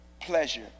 pleasure